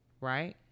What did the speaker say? Right